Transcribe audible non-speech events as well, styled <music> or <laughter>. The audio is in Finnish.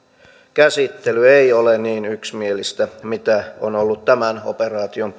käsittely ei ole niin yksimielistä kuin on ollut tämän operaation <unintelligible>